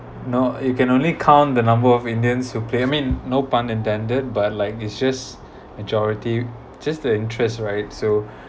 no you can only count the number of indians who play I mean no pun intended but like it's just majority just the interest right so